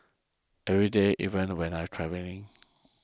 every day even when I'm travelling